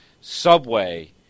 Subway